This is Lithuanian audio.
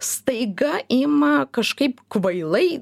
staiga ima kažkaip kvailai